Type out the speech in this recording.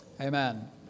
Amen